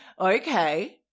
Okay